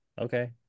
Okay